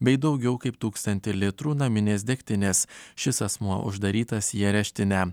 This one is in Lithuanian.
bei daugiau kaip tūkstantį litrų naminės degtinės šis asmuo uždarytas į areštinę